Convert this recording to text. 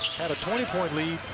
had a twenty point lead,